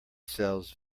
sells